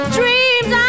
dreams